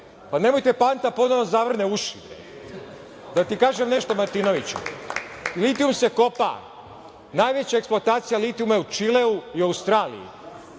da vam Panta ponovo zavrne uši. Da ti kažem nešto Martinoviću. Litijum se kopa. Najveća eksploatacija litijuma je u Čileu i u Australiji,